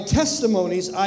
testimonies